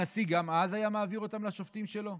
הנשיא גם אז היה מעביר אותם לשופטים שלו?